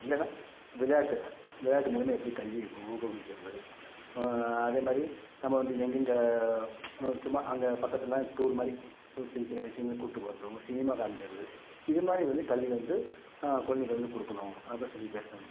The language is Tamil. இல்லைனா விளையாட்டு விளையாட்டு மூலிமா எப்படி கல்வியை ஊ ஊக்குவிக்கிறது அதேமாதிரி நம்ம வந்து எங்கெங்க சும்மா அங்கே பக்கத்துலாம் டூர் மாதிரி ஒரு சின்ன சின்ன விஷயங்களுக்கு கூப்பிட்டு போகிறது ஒரு சினிமா காமிக்கிறது இதுமாதிரி வந்து கல்வி வந்து குழந்தைங்களுக்கு வந்து கொடுக்குணும் அப்படின் சொல்லி பேசனாங்க